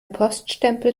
poststempel